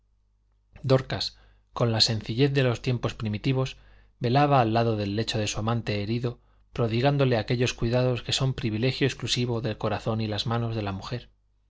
dorcas con la sencillez de los tiempos primitivos velaba al lado del lecho de su amante herido prodigándole aquellos cuidados que son privilegio exclusivo del corazón y las manos de la mujer